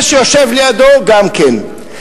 זה שיושב לידו גם כן.